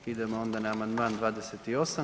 Idemo onda na amandman 28.